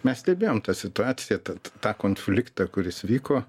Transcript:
mes stebėjom tą situaciją ta tą tą konfliktą kuris vyko